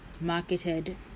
marketed